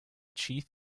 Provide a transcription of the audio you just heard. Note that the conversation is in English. chief